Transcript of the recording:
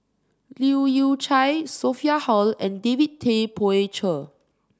Leu Yew Chye Sophia Hull and David Tay Poey Cher